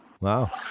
Wow